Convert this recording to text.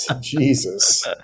Jesus